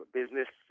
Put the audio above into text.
business